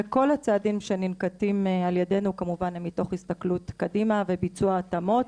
וכל הצעדים שננקטים על ידנו הם כמובן תוך הסתכלות קדימה וביצוע התאמות.